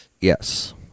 Yes